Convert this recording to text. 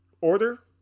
order